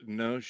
no